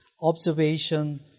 observation